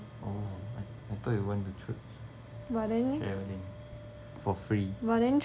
oh I thought you want to choose travelling for free